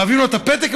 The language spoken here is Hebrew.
מביאים לו את הפתק,